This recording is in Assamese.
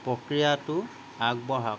প্ৰক্ৰিয়াটোত আগবঢ়াক